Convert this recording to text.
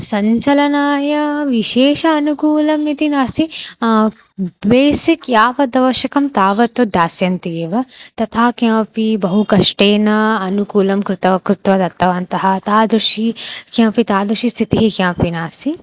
सञ्चलनाय विशेष अनुकूलम् इति नास्ति बेसिक् यावद् अवश्यकं तावत् दास्यन्ति एव तथा किमपि बहुकष्टेन अनुकूलं कृत्वा कृत्वा दत्तवन्तः तादृशी किमपि तादृशी स्थितिः किमपि नास्ति